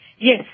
Yes